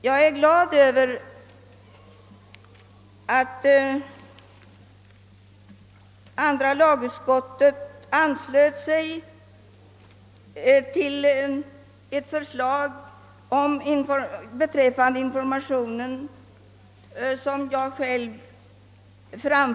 Jag är glad över att andra lagutskottet anslutit sig till ett av mig i utskottet framfört förslag beträffande infor mationen till de arbetslösa.